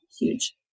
huge